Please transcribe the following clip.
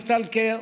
הכלכלה,